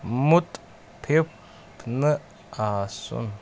مُتفِف نہَ آسُن